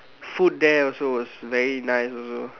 food there also was very nice also